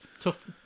Tough